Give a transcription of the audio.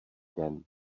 den